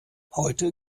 heute